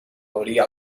veuria